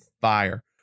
fire